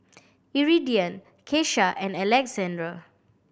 Iridian Kesha and Alexandr